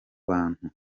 bantu